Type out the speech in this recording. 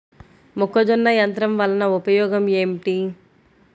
మొక్కజొన్న యంత్రం వలన ఉపయోగము ఏంటి?